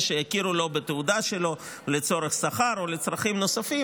שיכירו בתעודה שלו לצורך שכר או לצרכים נוספים,